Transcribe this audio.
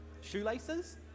shoelaces